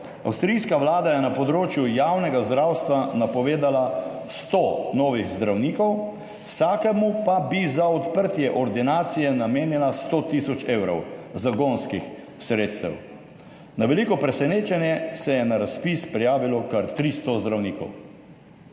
avstrijska vlada je na področju javnega zdravstva napovedala sto novih zdravnikov, vsakemu pa bi za odprtje ordinacije namenila 100 tisoč evrov zagonskih sredstev. Na veliko presenečenje se je na razpis prijavilo kar 300 zdravnikov.